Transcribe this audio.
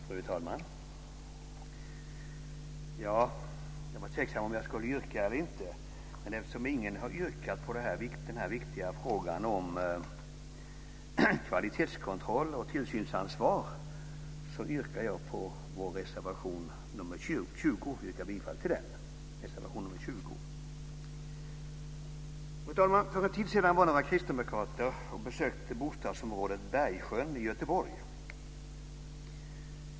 Fru talman! Jag var tveksam till om jag skulle framställa något yrkande eller inte. Men eftersom ingen har yrkat på den viktiga frågan om kvalitetskontroll och tillsynsansvar yrkar jag bifall till reservation 20. Fru talman! För en tid sedan besökte några kristdemokrater bostadsområdet Bergsjön i Göteborg.